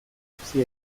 utzi